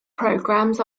programs